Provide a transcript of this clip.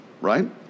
Right